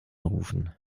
rufen